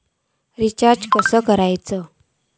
Recharge कसा करूचा?